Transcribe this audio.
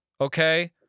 Okay